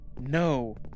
no